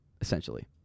essentially